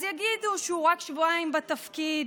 אז יגידו שהוא רק שבועיים בתפקיד,